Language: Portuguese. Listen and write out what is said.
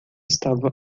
estava